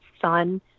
son